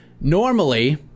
normally